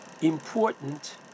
important